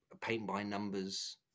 paint-by-numbers